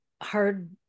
hard